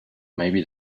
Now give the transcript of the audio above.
maybe